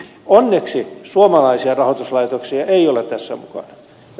onneksi suomalaisia rahoituslaitoksia ei ole tässä mukana